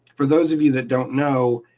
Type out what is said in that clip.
for those of you that don't know,